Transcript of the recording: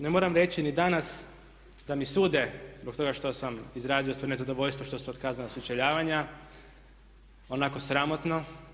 Ne moram reći ni danas da mi sude zbog toga što sam izrazio svoje nezadovoljstvo što su otkazana sučeljavanja onako sramotno.